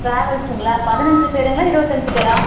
டிராவல்ஸ்சுங்களா பதினைஞ்சு பேருங்களா இருபத்தஞ்சி பேரா